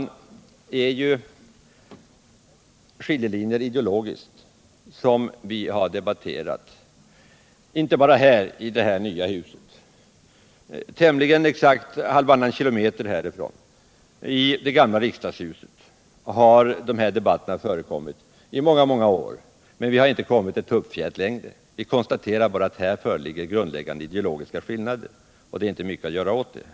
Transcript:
Det här, herr talman, är ideologiska skiljelinjer som vi debatterat inte bara i det här nya riksdagshuset. Tämligen exakt en halv kilometer härifrån — i det gamla riksdagshuset — har de här debatterna förekommit i många år, men vi har inte kommit ett tuppfjät längre. Vi konstaterar bara att här föreligger grundläggande ideologiska skillnader, och det är inte mycket att göra åt det.